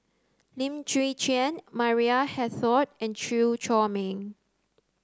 Lim Chwee Chian Maria Hertogh and Chew Chor Meng